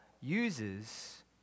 uses